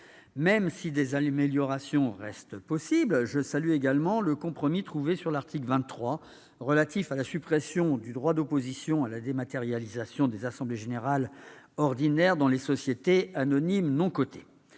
Même si des améliorations restent possibles, je salue également le compromis trouvé sur l'article 23, relatif à la suppression du droit d'opposition à la dématérialisation des assemblées générales ordinaires dans les sociétés anonymes non cotées.